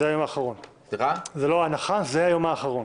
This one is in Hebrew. זאת לא הנחה, זה היום האחרון.